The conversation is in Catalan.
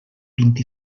vint